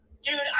dude